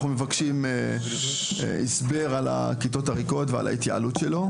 מבקשים הסבר על הכיתות הריקות ועל ההתייעלות שלו,